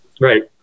Right